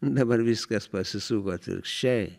dabar viskas pasisuko atvirkščiai